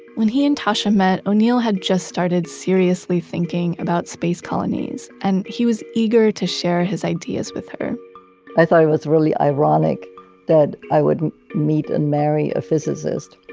when he and tasha met, o'neill had just started seriously thinking about space colonies and he was eager to share his ideas with her i thought it was really ironic that i would meet and marry a physicist.